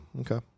okay